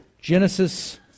Genesis